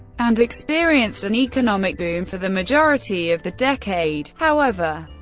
and experienced an economic boom for the majority of the decade however,